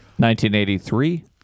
1983